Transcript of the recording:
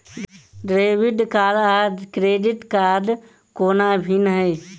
Debit card आ credit कोना भिन्न है?